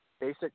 basic